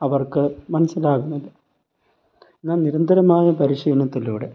അവർക്ക് മനസിലാകുന്നില്ല എന്നാൽ നിരന്തരമായ പരിശീലനത്തിലൂടെ